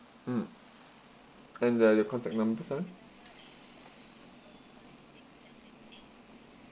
mm and uh your contact number sorry